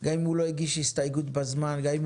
גם אם הוא לא הגיש הסתייגות בזמן וגם אם